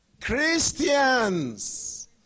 Christians